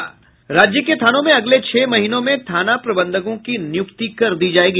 राज्य के थानों में अगले छह महीनों में थाना प्रबंधकों की नियुक्ति कर दी जायेगी